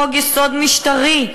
חוק-יסוד משטרי,